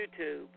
YouTube